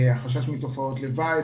החשש מתופעות לוואי,